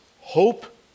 Hope